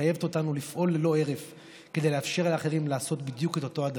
מחייבת אותנו לפעול ללא הרף כדי לאפשר לאחרים לעשות בדיוק את אותו הדבר.